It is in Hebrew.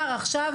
גם עכשיו,